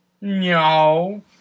no